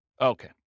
Okay